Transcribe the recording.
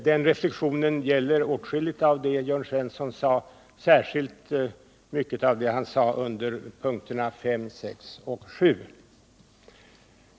Den reflexionen gäller åskilligt av det som Jörn Svensson sade, särskilt mycket av det som han sade om punkterna 5, 6 och 7.